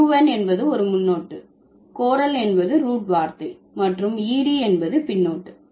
Un என்பது ஒரு முன்னொட்டு கோரல் என்பது ரூட் வார்த்தை மற்றும் ed என்பது பின்னொட்டு